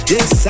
Yes